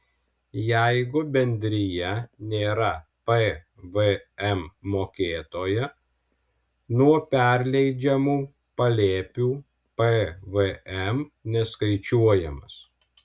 jeigu bendrija nėra pvm mokėtoja nuo perleidžiamų palėpių pvm neskaičiuojamas